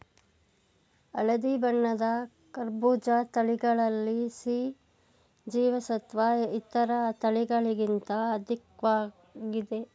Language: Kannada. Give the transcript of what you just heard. ಹಳದಿ ಬಣ್ಣದ ಕರ್ಬೂಜ ತಳಿಗಳಲ್ಲಿ ಸಿ ಜೀವಸತ್ವ ಇತರ ತಳಿಗಳಿಗಿಂತ ಅಧಿಕ್ವಾಗಿದೆ